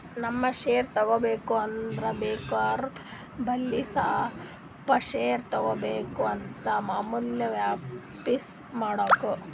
ನಾವ್ ಶೇರ್ ತಗೋಬೇಕ ಅಂದುರ್ ಬ್ರೋಕರ್ ಬಲ್ಲಿ ಸ್ವಲ್ಪ ಶೇರ್ ತಗೋಬೇಕ್ ಆತ್ತುದ್ ಆಮ್ಯಾಲ ವಾಪಿಸ್ ಮಾಡ್ಬೇಕ್